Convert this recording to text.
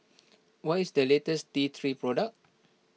what is the latest T three product